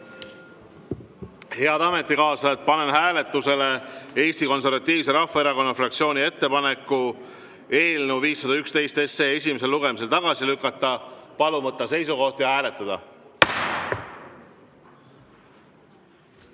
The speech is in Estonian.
Head ametikaaslased, panen hääletusele Eesti Konservatiivse Rahvaerakonna fraktsiooni ettepaneku eelnõu 511 esimesel lugemisel tagasi lükata. Palun võtta seisukoht ja hääletada!